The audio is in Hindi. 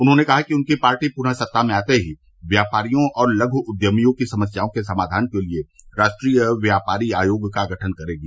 उन्होंने कहा कि उनकी पार्टी पुनः सत्ता में आते ही व्यापारियों और लघु उद्यमियों की समस्याओं के समाधान के लिए राष्ट्रीय व्यापारी आयोग का गठन करेगी